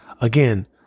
Again